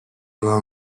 were